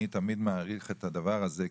אני תמיד מעריך את הדבר הזה,